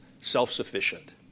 self-sufficient